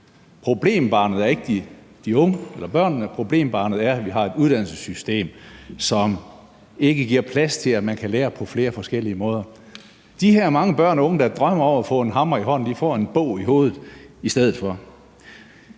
Problembarnet er ikke de unge eller børnene, men problembarnet er, at vi har et uddannelsessystem, som ikke giver plads til, at man kan lære på flere forskellige måder. De her mange børn og unge, der drømmer om få en hammer i hånden, får i stedet en bog i hovedet. Vi tror